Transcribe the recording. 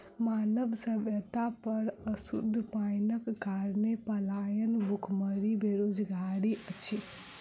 मानव सभ्यता पर अशुद्ध पाइनक कारणेँ पलायन, भुखमरी, बेरोजगारी अछि